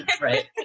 Right